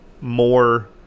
more